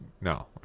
No